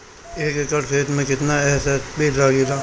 एक एकड़ खेत मे कितना एस.एस.पी लागिल?